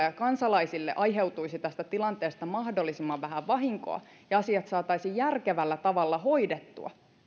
ja kansalaisille aiheutuisi tästä tilanteesta mahdollisimman vähän vahinkoa ja asiat saataisiin järkevällä tavalla hoidettua